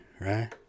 right